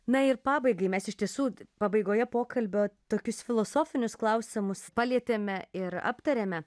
na ir pabaigai mes iš tiesų pabaigoje pokalbio tokius filosofinius klausimus palietėme ir aptarėme